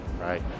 right